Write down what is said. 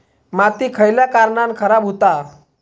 माती खयल्या कारणान खराब हुता?